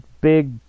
big